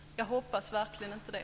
Jag hoppas verkligen inte det.